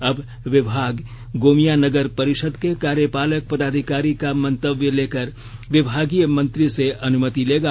अब विभाग गोमिया नगर परिषद के कार्यपालक पदाधिकारी का मंतव्य लेकर विभागीय मंत्री से अनुमति लेगा